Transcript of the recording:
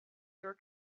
your